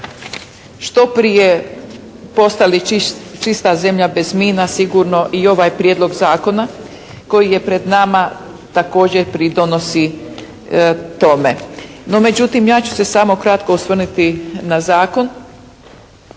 što prije postali čista zemlja bez mina, sigurno i ovaj prijedlog zakona koji je pred nama također pridonosi tome. No, međutim ja ću se samo kratko osvrnuti na zakon,